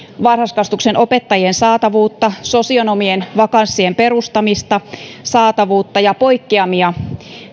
varhaiskasvatuksen opettajien saatavuutta sosionomien vakanssien perustamista saatavuutta ja poikkeamia